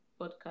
Podcast